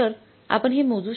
तर आपण हे मोजू शकाल